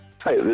Hi